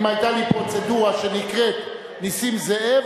אם היתה לי פרוצדורה שנקראת "נסים זאב",